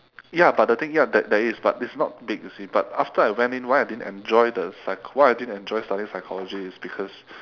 ya but the thing ya there there is but it's not big you see but after I went in why I didn't enjoy the psycho~ why I didn't enjoy studying psychology is because